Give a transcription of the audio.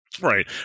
right